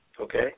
Okay